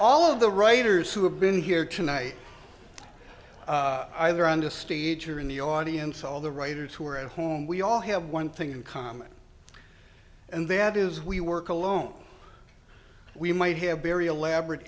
all of the writers who have been here tonight either on the stage or in the audience all the writers who are at home we all have one thing in common and that is we work alone we might have barry elaborate